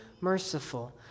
merciful